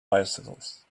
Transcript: bicycles